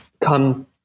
come